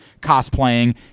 cosplaying